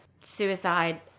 suicide